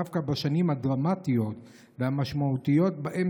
דווקא בשנים הדרמטיות והמשמעותיות שבהן